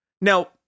now